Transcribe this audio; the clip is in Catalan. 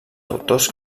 autors